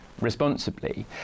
responsibly